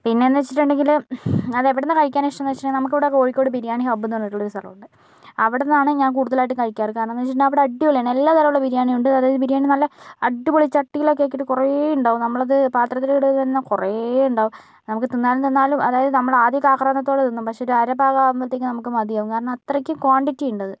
പിന്നെയെന്ന് വെച്ചിട്ടുണ്ടെങ്കില് അത് എവിടെനിന്ന് കഴിയ്ക്കാനാ ഇഷ്ടം എന്ന് വെച്ചിട്ടുണ്ടെങ്കിൽ നമുക്കിവിടെ ബിരിയാണി ഹബ്ബ് എന്ന് പറഞ്ഞിട്ടുള്ളൊരു സ്ഥലമുണ്ട് അവടെനിന്നാണ് ഞാൻ കൂടുതലായിട്ട് കഴിക്കാറ് കാരണമെന്ന് വെച്ചിട്ടുണ്ടെങ്കിൽ അവിടെ അടിപൊളിയാണ് എല്ലാ തരമുള്ള ബിരിയാണിയും ഉണ്ട് അതായത് ബിരിയാണി നല്ല അടിപൊളി ചട്ടീലൊക്കെ ആക്കിയിട്ട് കുറേ ഉണ്ടാവും നമ്മളത് പാത്രത്തിലിട്ട് കഴിഞ്ഞാൽ കുറേ ഉണ്ടാവും നമുക്ക് തിന്നാലും തിന്നാലും അതായത് നമ്മള് ആദ്യമൊക്കെ ആക്രാന്തത്തോടെ തിന്നും പക്ഷേ ഒരര ഭാഗമാകുമ്പോഴത്തേയ്ക്കും നമുക്ക് മതിയാവും കാരണം അത്രയ്ക്ക് ക്വാണ്ടിറ്റി ഉണ്ടത്